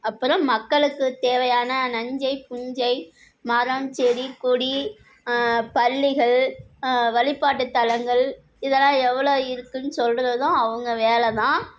அப்புறம் மக்களுக்கு தேவையான நஞ்சை புஞ்சை மரம் செடி கொடி பள்ளிகள் வழிபாட்டுத் தலங்கள் இதெல்லாம் எவ்வளோ இருக்குதுன்னு சொல்கிறதும் அவங்க வேலை தான்